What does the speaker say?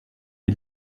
est